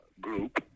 group